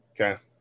okay